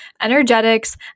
energetics